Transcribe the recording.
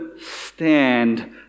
stand